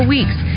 weeks